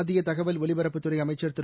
மத்தியதகவல் ஒலிபரப்புத் துறைஅமைச்சர் திரு